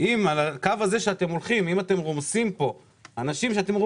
אם אתם רואים שאתם רומסים את העבודה לאנשים,